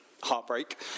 heartbreak